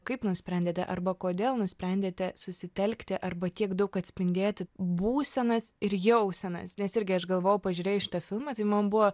kaip nusprendėte arba kodėl nusprendėte susitelkti arba tiek daug atspindėti būsenas ir jausenas nes irgi aš galvojau pažiūrėjus filmą tai man buvo